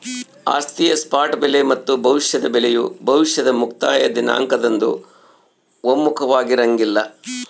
ಆಸ್ತಿಯ ಸ್ಪಾಟ್ ಬೆಲೆ ಮತ್ತು ಭವಿಷ್ಯದ ಬೆಲೆಯು ಭವಿಷ್ಯದ ಮುಕ್ತಾಯ ದಿನಾಂಕದಂದು ಒಮ್ಮುಖವಾಗಿರಂಗಿಲ್ಲ